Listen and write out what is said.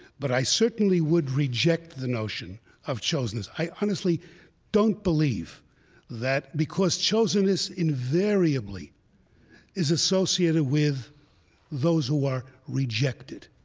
but i certainly would reject the notion of chosenness. i honestly don't believe that, because chosen is invariably invariably is associated with those who are rejected.